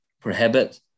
prohibit